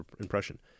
impression